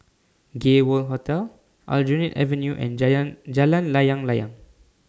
Gay World Hotel Aljunied Avenue and Jalan Layang Layang